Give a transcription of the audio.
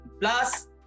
Plus